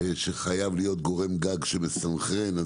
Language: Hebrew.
שחייב להיות גורם גג שמסנכרן.